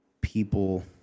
people